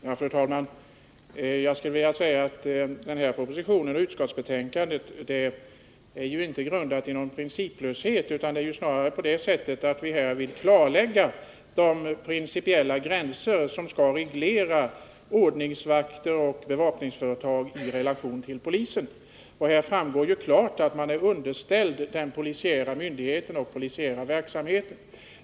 Fru talman! Jag skulle vilja säga att propositionen och utskottsbetänkandet inte är grundade på någon principlöshet, utan att det snarare är på det sättet att vi här vill klarlägga de principiella gränser som skall reglera ordningsvakter och bevakningsföretag i relation till polisen. Det framgår klart att vi är underställda den polisiära myndigheten och den polisiära verksamheten.